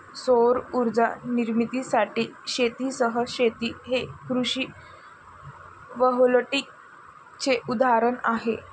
सौर उर्जा निर्मितीसाठी शेतीसह शेती हे कृषी व्होल्टेईकचे उदाहरण आहे